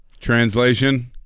Translation